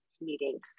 meetings